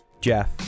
Jeff